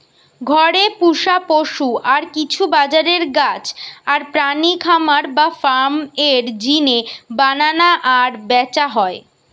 ঘরে পুশা পশু আর কিছু বাজারের গাছ আর প্রাণী খামার বা ফার্ম এর জিনে বানানা আর ব্যাচা হয়